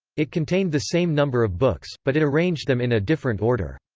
it contained the same number of books, but it arranged them in a different order.